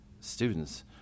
students